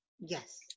Yes